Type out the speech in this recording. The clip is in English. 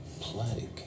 plague